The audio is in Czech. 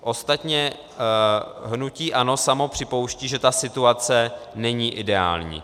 Ostatně hnutí ANO samo připouští, že ta situace není ideální.